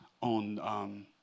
on